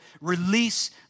release